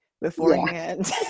beforehand